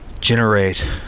generate